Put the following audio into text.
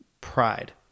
Pride